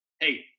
Hey